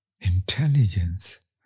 intelligence